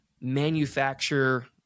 manufacture